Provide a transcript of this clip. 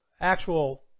actual